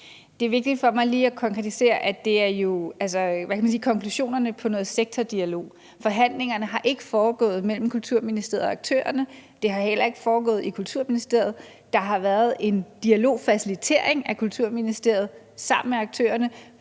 Det er vigtigt for mig lige at konkretisere, at det jo er konklusionerne på sektordialoger. Forhandlingerne har ikke foregået mellem Kulturministeriet og aktørerne, de har heller ikke foregået i Kulturministeriet. Der har været en dialogfacilitering fra Kulturministeriets side sammen med aktørerne